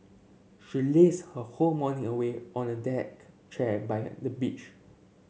she lazed her whole morning away on a deck chair by the beach